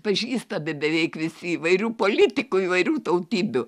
pažįstami beveik visi įvairių politikų įvairių tautybių